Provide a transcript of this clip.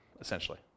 essentially